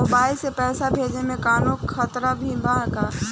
Mobile से पैसा भेजे मे कौनों खतरा भी बा का?